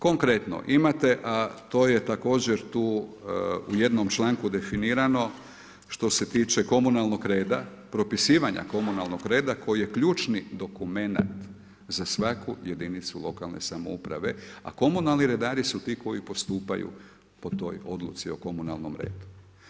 Konkretno imate to je također tu u jednom članku definirano što se tiče komunalnog reda, propisivanja komunalnog reda koji je ključni dokumenat za svaku jedinicu lokalne samouprave, a komunalni redari su ti koji postupaju po toj odluci o komunalnom redu.